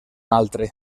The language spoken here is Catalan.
altre